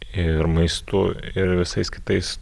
ir maistu ir visais kitais